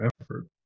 effort